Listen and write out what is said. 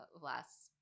last